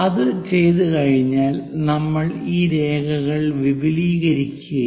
അത് ചെയ്തുകഴിഞ്ഞാൽ നമ്മൾ ഈ രേഖകൾ വിപുലീകരിക്കും